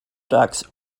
ducks